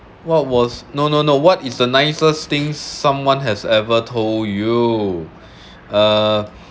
what was no no no what is the nicest thing someone has ever told you uh